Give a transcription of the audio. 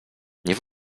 nie